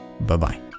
Bye-bye